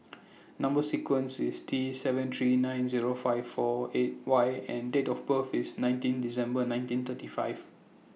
Number sequence IS T seven three nine Zero five four eight Y and Date of birth IS nineteen December nineteen thirty five